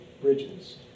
bridges